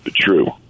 true